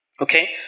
Okay